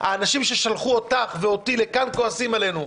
האנשים ששלחו אותך ואותי לכאן כועסים עלינו.